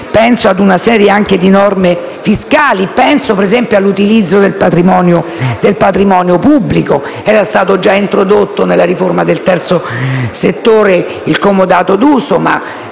e ad una serie di norme fiscali. Penso, ad esempio, all'utilizzo del patrimonio pubblico. Era già stato introdotto nella riforma del terzo settore il comodato d'uso: è